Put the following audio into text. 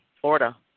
Florida